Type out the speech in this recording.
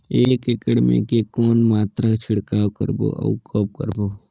एक एकड़ मे के कौन मात्रा छिड़काव करबो अउ कब करबो?